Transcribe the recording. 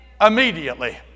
Immediately